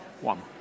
One